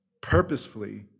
purposefully